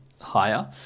higher